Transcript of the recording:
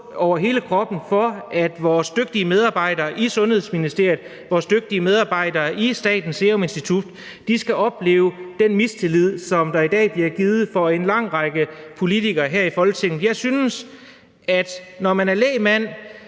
og grøn over, at vores dygtige medarbejdere i Sundhedsministeriet, vores dygtige medarbejdere på Statens Serum Institut skal opleve den mistillid, som der i dag bliver udtrykt af en lang række politikere her i Folketinget. Jeg synes, at når man er lægmand